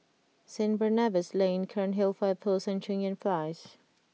St Barnabas Lane Cairnhill Fire Post and Cheng Yan Place